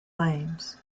lanes